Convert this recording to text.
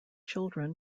children